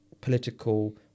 political